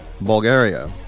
Bulgaria